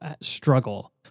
struggle